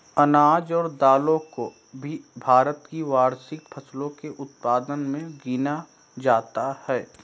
अनाज और दालों को भी भारत की वार्षिक फसलों के उत्पादन मे गिना जाता है